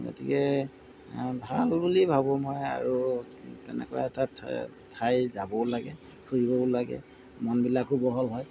গতিকে ভাল বুলিয়েই ভাবোঁ মই আৰু তেনেকুৱা এটা ঠাই যাবও লাগে ফুৰিবও লাগে মনবিলাকো বহল হয়